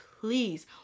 please